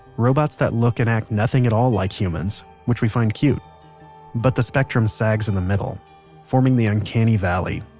robots that look and act nothing at all like humans which we find cute but the spectrum sags in the middle forming the uncanny valley.